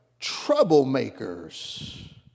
troublemakers